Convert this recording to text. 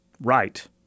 right